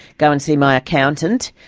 go and see my accountant.